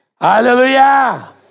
Hallelujah